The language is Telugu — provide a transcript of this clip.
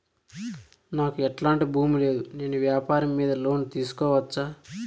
నాకు ఎట్లాంటి భూమి లేదు నేను వ్యాపారం మీద లోను తీసుకోవచ్చా?